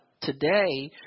today